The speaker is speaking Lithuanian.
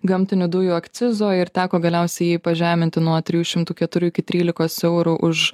gamtinių dujų akcizo ir teko galiausiai pažeminti nuo trijų šimtų keturių iki trylikos eurų už